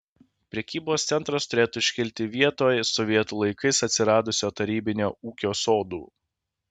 prekybos centras turėtų iškilti vietoj sovietų laikais atsiradusių tarybinio ūkio sodų